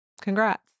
Congrats